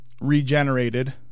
regenerated